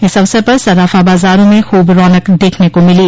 इस अवसर पर सर्राफा बाजारों में खूब रौनक देखने को मिली